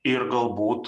ir galbūt